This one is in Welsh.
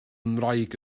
ngwraig